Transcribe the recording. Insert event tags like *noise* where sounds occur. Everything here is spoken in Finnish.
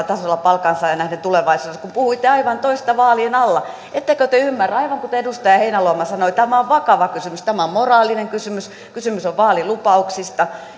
*unintelligible* tasolla palkansaajiin nähden tulevaisuudessa kun puhuitte aivan toista vaalien alla ettekö te ymmärrä aivan kuten edustaja heinäluoma sanoi tämä on vakava kysymys tämä on moraalinen kysymys kysymys on vaalilupauksista *unintelligible*